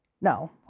No